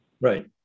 Right